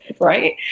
Right